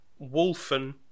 Wolfen